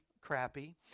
crappy